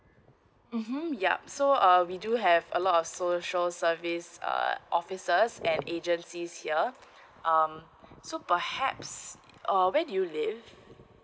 mmhmm yup so uh we do have a lot of social service err officers and agencies here um so perhaps uh where do you live